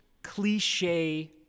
cliche